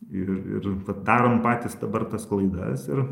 ir ir darom patys dabar tas klaidas ir